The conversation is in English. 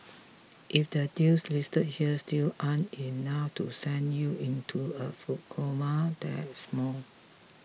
if the deals listed here still aren't enough to send you into a food coma there's more